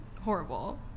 horrible